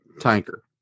tanker